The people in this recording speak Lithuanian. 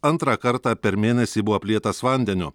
antrą kartą per mėnesį buvo aplietas vandeniu